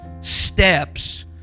Steps